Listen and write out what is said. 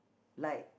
like